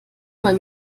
mal